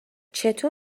چطور